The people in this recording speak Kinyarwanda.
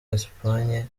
espagne